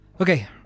Okay